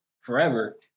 forever